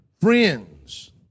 friends